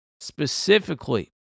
specifically